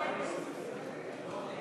מיסוי מקרקעין (שבח ורכישה)